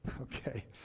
Okay